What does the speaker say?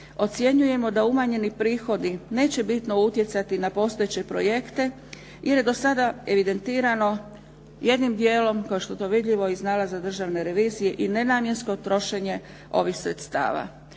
Ocjenjujemo da umanjeni prihodi neće bito utjecati na postojeće projekte, jer je do sada evidentirano jednim dijelom kao što je to vidljivo iz nalaza Državne revizije i nenamjensko trošenje ovih sredstava.